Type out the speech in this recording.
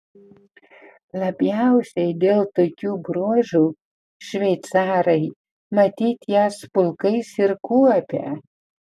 labiausiai dėl tokių bruožų šveicarai matyt jas pulkais ir kuopia